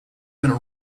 gonna